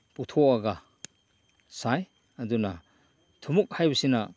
ꯄꯨꯊꯣꯛꯂꯒ ꯁꯥꯏ ꯑꯗꯨꯅ ꯊꯨꯝꯃꯣꯛ ꯍꯥꯏꯕꯁꯤꯅ